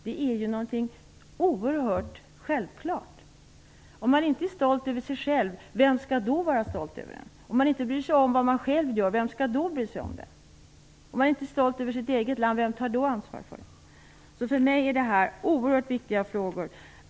Att vara stolt över sitt land är ju något oerhört självklart. Om man inte är stolt över sig själv, vem skall då vara stolt över en? Om man inte bryr sig om vad man själv gör, vem skall då bry sig om det? Om man inte är stolt över sitt eget land, vem tar då ansvar för det? För mig är det här oerhört viktiga frågor.